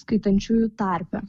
skaitančiųjų tarpe